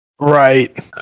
right